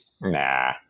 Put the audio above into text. nah